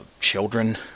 children